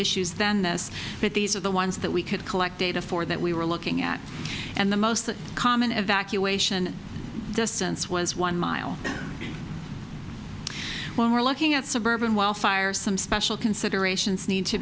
issues than this but these are the ones that we could collect data for that we were looking at and the most common evacuation distance was one mile when we're looking at suburban wildfires some special considerations need to